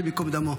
השם ייקום דמו,